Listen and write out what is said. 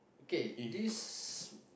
okay this